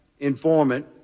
informant